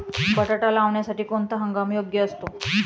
बटाटा लावण्यासाठी कोणता हंगाम योग्य असतो?